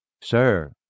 Sir